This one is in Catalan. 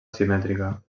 simètrica